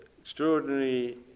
extraordinary